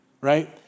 Right